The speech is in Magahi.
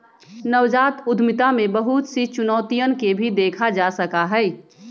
नवजात उद्यमिता में बहुत सी चुनौतियन के भी देखा जा सका हई